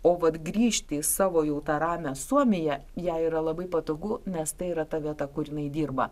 o vat grįžti į savo jau tą ramią suomiją jai yra labai patogu nes tai yra ta vieta kur jinai dirba